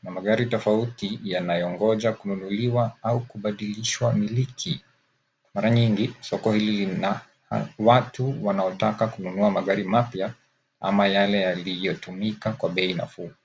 Kuna magari tofauti yanayongoja kununuliwa au kubadilishwa miliki. Mara nyingi, soko hili lina watu wanaotaka kununua magari mapya ama yale yaliyotumika kwa bei nafuu.